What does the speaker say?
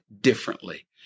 differently